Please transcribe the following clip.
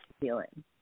Feeling